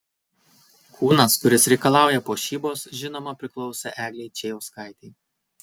kūnas kuris reikalauja puošybos žinoma priklauso eglei čėjauskaitei